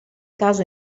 caso